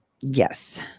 Yes